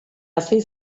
hasi